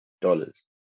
dollars